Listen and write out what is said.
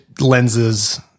lenses